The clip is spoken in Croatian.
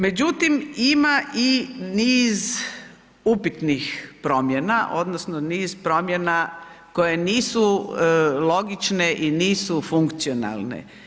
Međutim, ima i niz upitnih promjena odnosno niz promjena koje nisu logične i nisu funkcionalne.